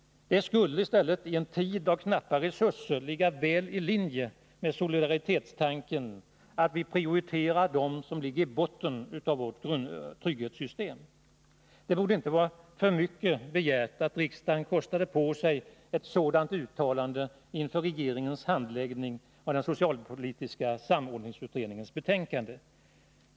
Men i en tid av knappa resurser skulle det ligga väl i linje med solidaritetstanken att prioritera dem som ligger i botten av vårt trygghetssystem. Det kan inte vara för mycket begärt att riksdagen kostar på sig ett sådant uttalande inför regeringens handläggning av den socialpolitiska samordningsutredningens betänkande.